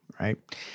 right